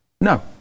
no